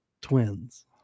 Twins